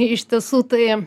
iš tiesų tai